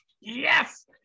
Yes